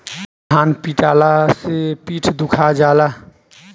धान पिटाला से पीठ दुखा जाला